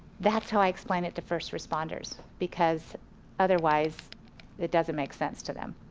that's how i explain it to first responders. because otherwise it doesn't make sense to them.